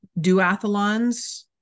duathlons